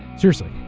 seriously.